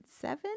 Seven